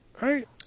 right